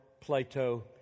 Plato